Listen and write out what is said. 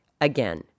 Again